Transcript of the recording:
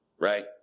right